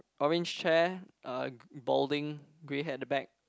orange chair uh balding grey hair at the back